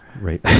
right